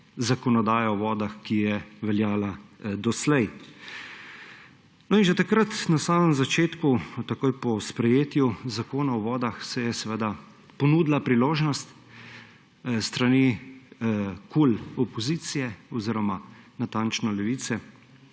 zakonodaja o vodah, ki je veljala doslej. In že takrat na samem začetku, takoj po sprejetju Zakona o vodah, se je ponudila priložnost s strani KUL opozicije oziroma natančno Levice,